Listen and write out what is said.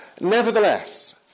Nevertheless